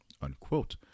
unquote